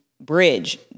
bridge